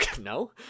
no